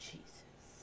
Jesus